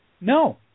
No